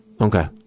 Okay